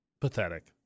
pathetic